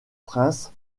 prince